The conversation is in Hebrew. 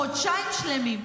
חודשיים שלמים,